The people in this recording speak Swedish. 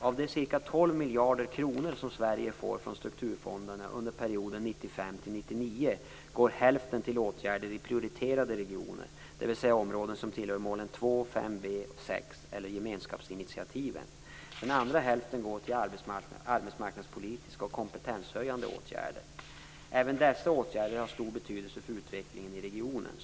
Av de ca 12 miljarder kronor som Sverige får från strukturfonderna under perioden 1995-1999 går hälften till åtgärder i prioriterade regioner, dvs. områden som tillhör målen 2, 5b och 6 eller gemenskapsinitiativen. Den andra hälften går till arbetsmarknadspolitiska och kompetenshöjande åtgärder. Även dessa åtgärder har stor betydelse för utvecklingen i regionerna.